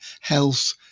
health